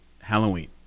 Halloween